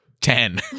ten